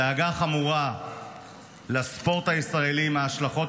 דאגה חמורה לספורט הישראלי מההשלכות